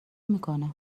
میکنه